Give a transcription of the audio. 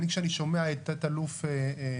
כשאני שומע את תא"ל אמיר,